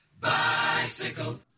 Bicycle